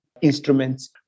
instruments